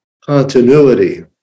continuity